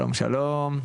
שלום לכולם,